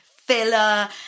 filler